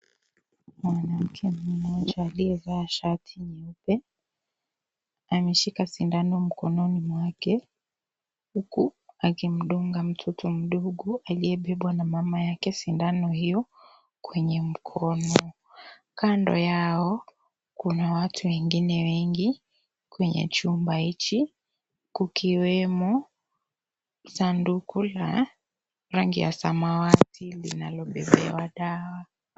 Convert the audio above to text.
Mwanamke mmoja aliyevaa shati nyeupe ameshika sindano mkononi mwake huku akimdunga mtoto mdogo aliyebebwa na mama yake sindano hio kwenye mkono kando yao kuna watu wengine wengi kwenye chumba hichi kukiwemo sanduku la rangi ya samawati linalobebewa dawa.